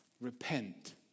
repent